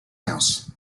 house